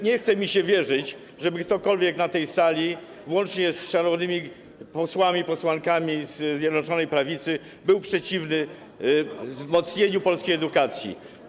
Nie chce mi się wierzyć, żeby ktokolwiek na tej sali, włącznie z szanownymi posłami, posłankami ze Zjednoczonej Prawicy, był przeciwny wzmocnieniu polskiej edukacji.